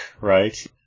right